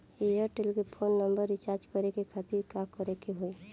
Airtel के phone number recharge करे के खातिर का करे के होई?